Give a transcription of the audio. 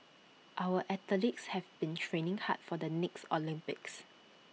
our athletes have been training hard for the next Olympics